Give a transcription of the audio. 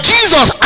Jesus